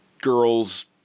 girls